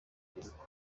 urubyiruko